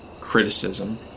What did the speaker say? criticism